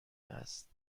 است